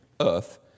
Earth